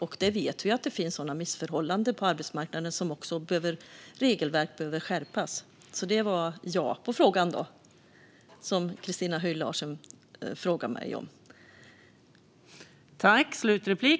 Vi vet att det finns sådana missförhållanden på arbetsmarknaden att regelverk behöver skärpas. Det var ett ja på frågan som Christina Höj Larsen ställde till mig.